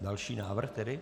Další návrh tedy.